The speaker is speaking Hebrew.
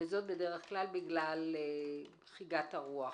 וזאת בדרך כלל בגלל חיגת הרוח.